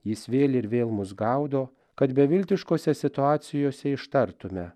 jis vėl ir vėl mus gaudo kad beviltiškose situacijose ištartume